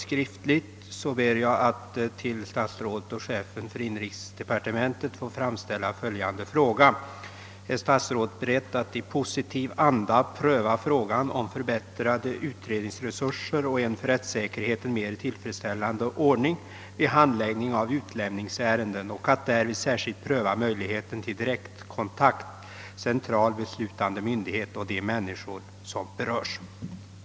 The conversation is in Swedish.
Med stöd av det anförda ber jag att till herr statsrådet och chefen för inrikesdepartementet få framställa följande fråga: Är statsrådet beredd att i positiv anda pröva frågan om förbättrade utredningsresurser och en för rättssäkerheten mer tillfredsställande ordning vid handläggningen av utlämningsärenden och att därvid särskilt pröva möjligheten till direktkontakt mellan central beslutande myndighet och de människor, som berörs?